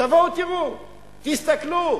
תבואו, תראו, תסתכלו,